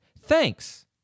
Thanks